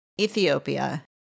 Ethiopia